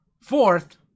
Fourth